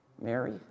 Mary